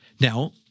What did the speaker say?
Now